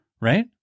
Right